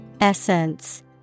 Essence